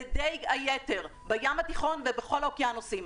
זה דיג היתר בים התיכון ובכל האוקיינוסים.